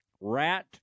Rat